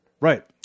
Right